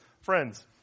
Friends